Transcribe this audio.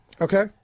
Okay